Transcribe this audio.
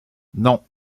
non